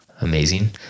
amazing